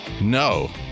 No